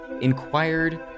inquired